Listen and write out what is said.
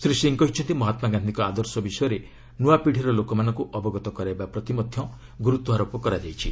ଶ୍ରୀ ସିଂହ କହିଛନ୍ତି ମହାତ୍ମା ଗାନ୍ଧୀଙ୍କ ଆଦର୍ଶ ବିଷୟରେ ନୂଆପିଢ଼ୀର ଲୋକମାନଙ୍କୁ ଅବଗତ କରାଇବା ପ୍ରତି ମଧ୍ୟ ଗୁରୁତ୍ୱାରୋପ କରାଯାଇଛି